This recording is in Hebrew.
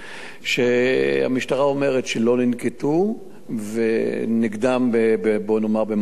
שהמשטרה אומרת שלא נקטו נגדם מעצר,